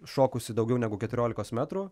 šokusi daugiau negu keturiolikos metrų